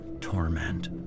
torment